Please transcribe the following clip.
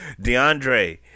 DeAndre